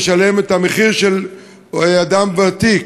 הוא משלם את המחיר של אדם ותיק,